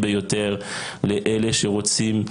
ביותר לאלה שרוצים